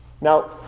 Now